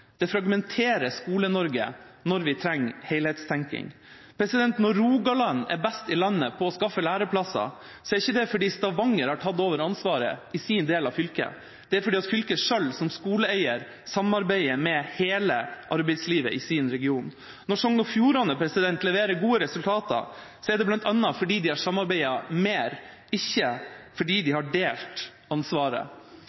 Det fragmenterer Skole-Norge når vi trenger helhetstenking. Når Rogaland er best i landet på å skaffe læreplasser, er ikke det fordi Stavanger har tatt over ansvaret i sin del av fylket. Det er fordi fylket selv, som skoleeier, samarbeider med hele arbeidslivet i sin region. Når Sogn og Fjordane leverer gode resultater, er det bl.a. fordi de har samarbeidet mer, ikke fordi de har delt ansvaret.